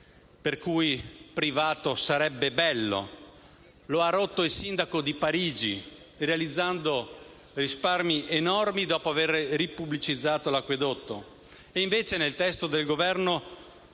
per cui privato sarebbe bello. Lo ha rotto il sindaco di Parigi, realizzando risparmi enormi dopo avere ripubblicizzato l'acquedotto. E invece nel testo del Governo